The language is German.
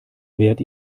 wärt